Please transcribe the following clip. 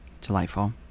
Delightful